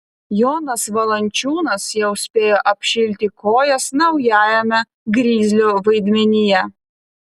jonas valančiūnas jau spėjo apšilti kojas naujajame grizlio vaidmenyje